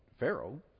Pharaoh